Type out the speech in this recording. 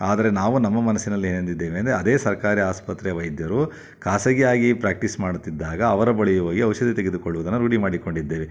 ಆದರೆ ನಾವು ನಮ್ಮ ಮನಸ್ಸಿನಲ್ಲಿ ಏನು ಎಂದಿದ್ದೇವೆ ಅಂದರೆ ಅದೇ ಸರ್ಕಾರಿ ಆಸ್ಪತ್ರೆಯ ವೈದ್ಯರು ಖಾಸಗಿಯಾಗಿ ಪ್ರಾಕ್ಟೀಸ್ ಮಾಡ್ತಿದ್ದಾಗ ಅವರ ಬಳಿ ಹೋಗಿ ಔಷಧಿ ತೆಗೆದುಕೊಳ್ಳುವುದನ್ನ ರೂಢಿ ಮಾಡಿಕೊಂಡಿದ್ದೇವೆ